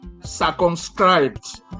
circumscribed